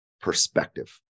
perspective